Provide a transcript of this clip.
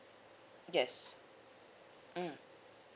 yes mm